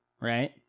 right